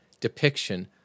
depiction